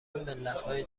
ملتهای